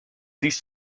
these